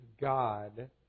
God